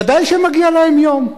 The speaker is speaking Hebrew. ודאי שמגיע להם יום.